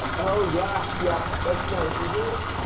oh, yeah, yeah, that's nice, isn't it?